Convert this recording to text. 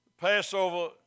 passover